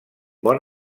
bon